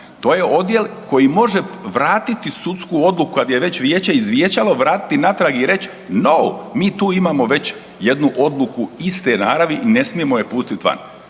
To je odjel koji može vratiti sudsku odluku kad je već vijeće izvijećalo, vratiti natrag i reći noun mi tu imamo već jednu odluku iste naravi i ne smijemo je pustiti van.